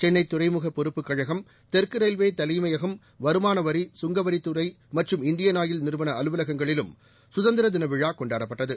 சென்னை துறைமுக பொறுப்புக் கழகம் தெற்கு ரயில்வே தலைமையகம் வருமான வரி சுங்கவரித் துறை மற்றும் இந்தியன் ஆயில் நிறுவன அலுலவகங்களிலும் சுதந்திர தின விழா கொண்டாடப்பட்டது